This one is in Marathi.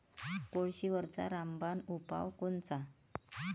कोळशीवरचा रामबान उपाव कोनचा?